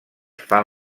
fan